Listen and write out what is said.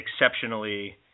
exceptionally